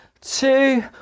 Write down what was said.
two